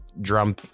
drum